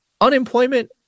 unemployment